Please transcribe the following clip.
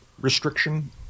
restriction